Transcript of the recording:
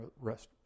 rest